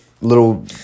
little